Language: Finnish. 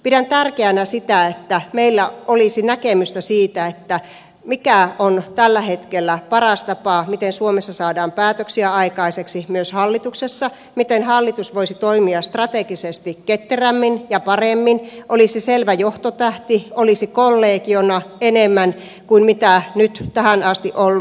pidän tärkeänä että meillä olisi näkemystä siitä mikä on tällä hetkellä paras tapa miten suomessa saadaan päätöksiä aikaiseksi myös hallituksessa miten hallitus voisi toimia strategisesti ketterämmin ja paremmin olisi selvä johtotähti olisi kollegiona enemmän kuin mitä nyt tähän asti on ollut